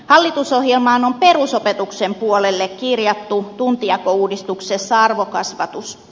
hallitusohjelmaan on perusopetuksen puolelle kirjattu tuntijakouudistuksessa arvokasvatus